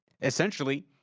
essentially